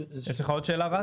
יש לך עוד שאלה, רז?